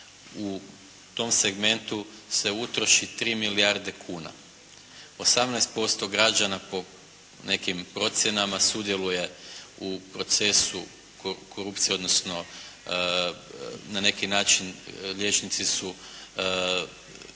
u tom segmentu se utroši 3 milijarde kuna. 18% građana po nekim procjenama sudjeluje u procesu korupcije, odnosno na neki način liječnici su